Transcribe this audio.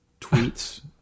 tweets